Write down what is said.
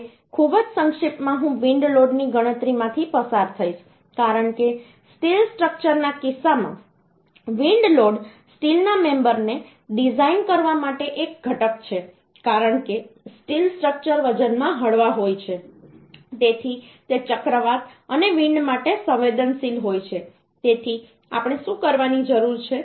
હવે ખૂબ જ સંક્ષિપ્તમાં હું વિન્ડ લોડની ગણતરીમાંથી પસાર થઈશ કારણ કે સ્ટીલ સ્ટ્રક્ચરના કિસ્સામાં વિન્ડ લોડ સ્ટીલના મેમબરને ડિઝાઇન કરવા માટે એક ઘટક છે કારણ કે સ્ટીલ સ્ટ્રક્ચર વજનમાં હળવા હોય છે તેથી તે ચક્રવાત અને વિન્ડ માટે સંવેદનશીલ હોય છે તેથી આપણે શું કરવાની જરૂર છે